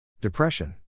Depression